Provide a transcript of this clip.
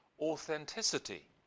authenticity